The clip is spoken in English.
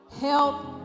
help